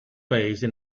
paese